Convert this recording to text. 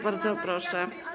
Bardzo proszę.